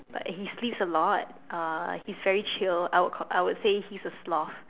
like he sleeps a lot uh he's very chill I would call I would say he's a sloth